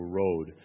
road